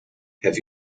have